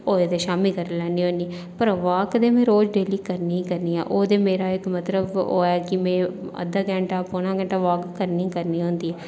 होऐ ते शामी करी लैन्नी होनी पर वाक ते मे रोज डेली करनी करनी गै करनी ओह् ते मेरा इक मतलब ओह् ऐ कि में अद्धा घैंटा पौना घैंटा वाक करनी गै करनी होंदी